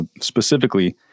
specifically